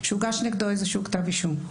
שהוגש נגדו איזשהו כתב אישום,